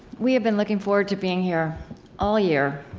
we have been looking forward to being here all year.